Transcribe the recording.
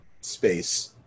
space